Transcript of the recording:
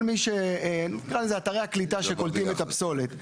כל מי, נקרא לזה אתרי הקליטה שקולטים את הפסולת.